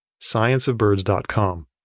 scienceofbirds.com